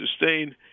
sustain